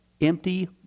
Empty